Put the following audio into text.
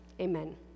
Amen